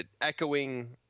echoing